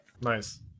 Nice